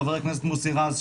חבר הכנסת מוסי רז,